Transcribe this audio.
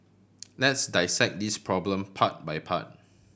let's dissect this problem part by part